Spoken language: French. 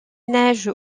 neige